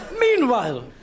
Meanwhile